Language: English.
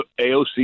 AOC